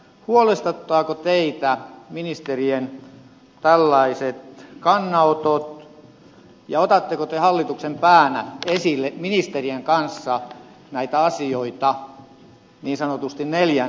huolestuttaako teitä ministerien tällaiset kannanotot ja otatteko te hallituksen päänä esille ministerien kanssa näitä asioita niin sanotusti neljän seinän sisällä